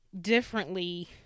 differently